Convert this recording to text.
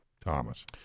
Thomas